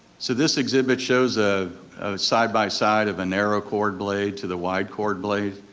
so this exhibit shows a side by side of a narrow chord blade to the wide chord blade.